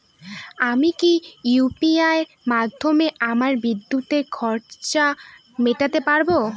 আমি কি ইউ.পি.আই মাধ্যমে আমার বিদ্যুতের খরচা মেটাতে পারব?